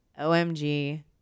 omg